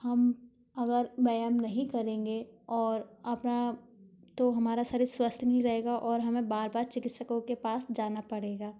हम अगर व्यायाम नहीं करेंगे और अपना तो हमारा शरीर स्वस्थ नहीं रहेगा और हमें बार बार चिकित्सकों के पास जाना पड़ेगा